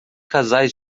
casais